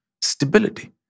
Stability